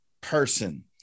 person